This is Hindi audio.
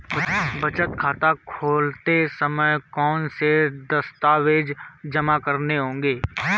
बचत खाता खोलते समय कौनसे दस्तावेज़ जमा करने होंगे?